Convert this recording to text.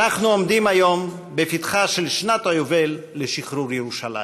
אנחנו עומדים היום בפתחה של שנת היובל לשחרור ירושלים.